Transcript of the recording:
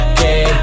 Okay